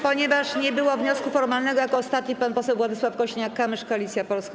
Ponieważ nie było wniosku formalnego, jako ostatni pan poseł Władysław Kosiniak-Kamysz, Koalicja Polska.